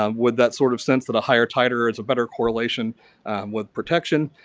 um with that sort of sense that a higher titer is a better correlation with protection.